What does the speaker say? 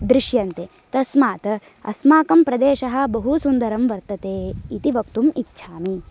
दृश्यन्ते तस्मात् अस्माकं प्रदेशः बहुसुन्दरं वर्तते इति वक्तुम् इच्छामि